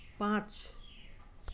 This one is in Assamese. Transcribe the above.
পাঁচ